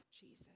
Jesus